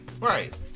Right